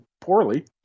poorly